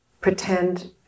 pretend